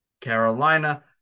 Carolina